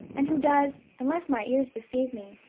and who does, unless my ears deceive me,